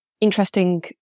interesting